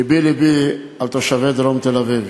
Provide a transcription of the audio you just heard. לבי לבי על תושבי דרום תל-אביב.